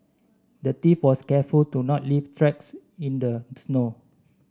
the thief was careful to not leave tracks in the snow